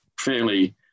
fairly